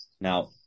Now